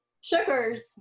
sugars